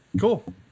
Cool